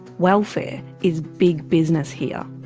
welfare is big business here.